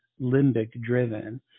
limbic-driven